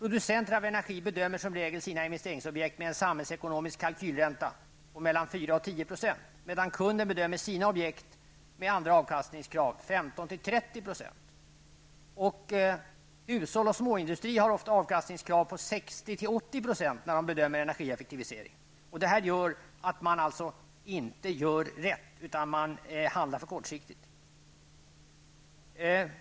Producenter av energi bedömer som regel sina investeringsobjekt med en samhällsekonomisk kalkylränta på mellan 4 och 10 % medan kunden bedömer sina objekt med andra avkastningskrav, 15--30 %. Hushåll och småindustri har ofta avkastningskrav på 60--80 % när man bedömer energieffektiviseringen. Det gör att man alltså inte gör rätt, utan man handlar för kortsiktigt.